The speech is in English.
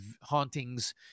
hauntings